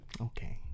okay